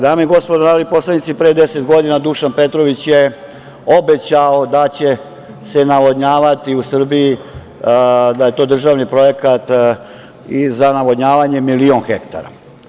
Dame i gospodo narodni poslanici, pre deset godina, Dušan Petrović je obećao da će se navodnjavati u Srbiji, da je to državni projekat za navodnjavanje milion hektara.